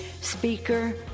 speaker